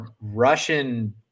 russian